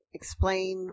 explain